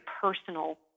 personal